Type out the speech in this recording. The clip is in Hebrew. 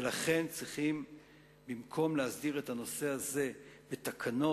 ולכן, במקום להסדיר את הנושא הזה בתקנות,